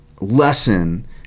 lesson